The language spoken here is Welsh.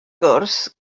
gwrs